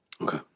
Okay